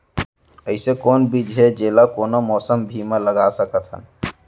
अइसे कौन बीज हे, जेला कोनो मौसम भी मा लगा सकत हन?